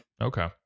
Okay